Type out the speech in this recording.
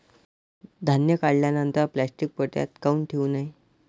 धान्य काढल्यानंतर प्लॅस्टीक पोत्यात काऊन ठेवू नये?